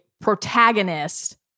protagonist